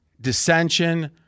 dissension